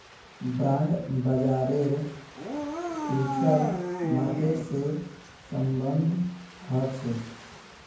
bond बाजारेर future market से सम्बन्ध ह छे